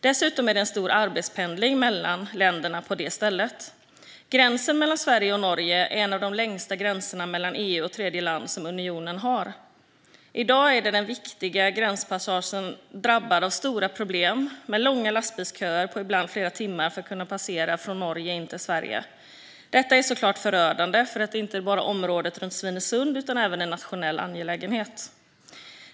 Dessutom sker en stor arbetspendling mellan länderna där. Gränsen mellan Sverige och Norge är en av de längsta gränserna mellan EU och tredjeland som unionen har. I dag är denna viktiga gränspassage drabbad av stora problem, med långa lastbilsköer på ibland flera timmar för att kunna passera från Norge in till Sverige. Detta är såklart förödande inte bara för området runt Svinesund, utan det är även en nationell angelägenhet.